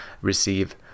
receive